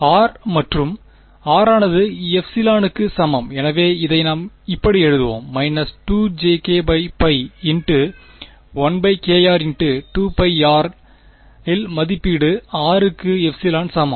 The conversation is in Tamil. r மற்றும் r ஆனது εக்கு சமம் எனவே இதை நாம் இப்படி எழுதுவோம் − 2jkπ int 1kr int 2πr இல் மதிப்பீடு r க்கு ε சமம்